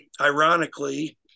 Ironically